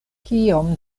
kiom